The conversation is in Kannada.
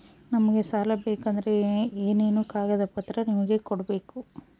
ನಮಗೆ ಸಾಲ ಬೇಕಂದ್ರೆ ಏನೇನು ಕಾಗದ ಪತ್ರ ನಿಮಗೆ ಕೊಡ್ಬೇಕು?